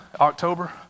October